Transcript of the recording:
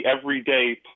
everyday